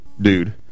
dude